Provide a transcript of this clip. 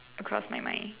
across my mind